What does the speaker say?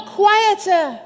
quieter